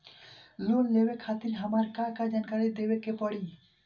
Loan लेवे खातिर हमार का का जानकारी देवे के पड़ी?